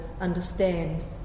understand